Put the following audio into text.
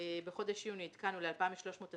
בחודש יוני עדכנו ל-2,325